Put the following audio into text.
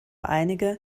einige